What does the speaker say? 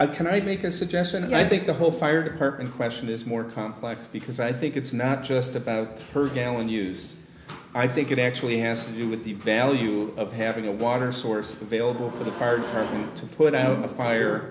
i can i make a suggestion and i think the whole fire department question is more complex because i think it's not just about per gallon use i think it actually has to do with the value of having a water source available for the card to put out a fire